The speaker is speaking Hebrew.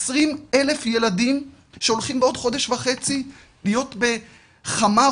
עשרים אלף ילדים שהולכים בעוד חודש וחצי להיות בחמרות,